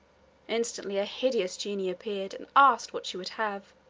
instantly a hideous genie appeared, and asked what she would have.